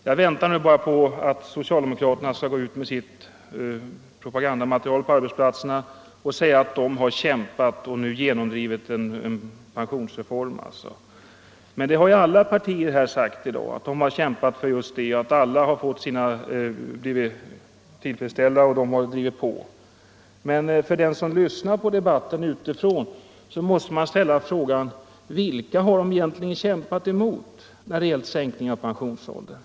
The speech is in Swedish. Jag väntar nu bara på att socialdemokraterna skall gå ut med sitt propagandamaterial på arbetsplatserna och säga att de kämpat för en pensionsreform och nu genomdrivit en sådan. Men alla partier har i dag sagt att de kämpat för detta och nu blivit tillfredsställda. Den som lyssnar på debatten utifrån måste fråga sig: Vilka har de olika partierna egentligen kämpat mot när det gällt en sänkning av pensionsåldern?